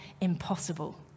impossible